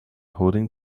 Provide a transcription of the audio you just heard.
holding